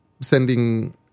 sending